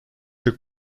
took